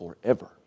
forever